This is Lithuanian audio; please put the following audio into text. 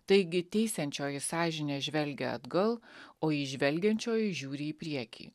taigi teisiančioji sąžinė žvelgia atgal o į žvelgiančioji žiūri į priekį